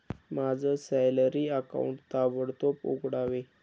माझं salary account ताबडतोब उघडावे